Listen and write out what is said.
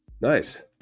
Nice